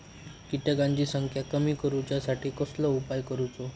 किटकांची संख्या कमी करुच्यासाठी कसलो उपाय करूचो?